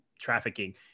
trafficking